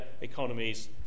economies